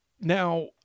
Now